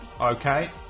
okay